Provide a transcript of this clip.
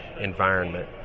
environment